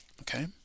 Okay